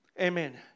Amen